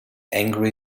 angry